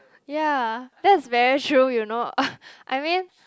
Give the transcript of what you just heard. ya that's very true you know I mean